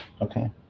Okay